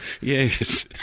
Yes